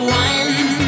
one